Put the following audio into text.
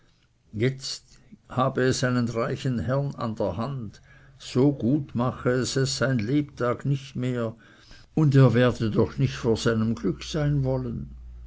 jetzt habe es einen reichen herrn an der hand so gut mache es es sein lebtag nicht mehr und er werde doch nicht vor seinem glück sein wollen